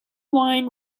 wine